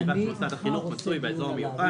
ובלבד שמוסד החינוך מצוי באזור המיוחד,